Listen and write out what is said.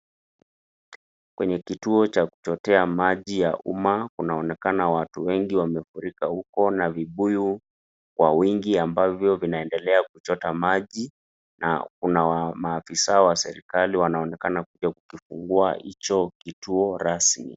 Kwenye kituo cha kuchotea maji ya umma, kunaonekana watu wengi wamefurika huko na vibuyu kwa wingi ambavyo vinaendelea kuchota maji, na kuna maafisa wa serikali wanaonekana kuja kufunguo hicho kituo rasmi.